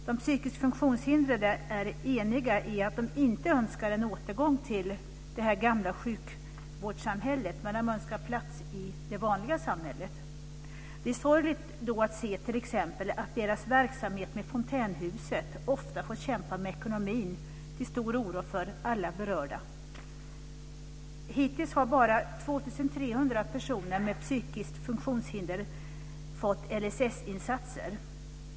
De psykiskt funktionshindrade är eniga om att de inte önskar en återgång till det gamla sjukvårdssamhället, men de önskar plats i det vanliga samhället. Det är sorgligt att se att deras verksamhet med t.ex. Fontänhuset ofta får kämpa med ekonomin, till stor oro för de berörda. Hittills har endast ca 2 300 med psykiskt funktionshinder erhållit LSS-insatser.